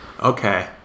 Okay